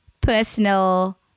personal